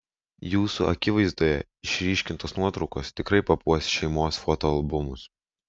jūsų akivaizdoje išryškintos nuotraukos tikrai papuoš šeimos fotoalbumus